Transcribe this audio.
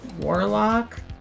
Warlock